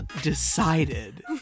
decided